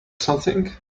something